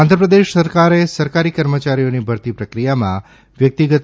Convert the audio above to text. આંધ્રપ્રદેશ સરકારે સરકારી કર્મયારીઓની ભરતી પ્રક્રિયામાં વ્યક્તિગત